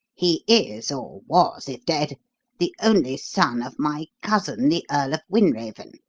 he is or was, if dead the only son of my cousin, the earl of wynraven,